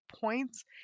points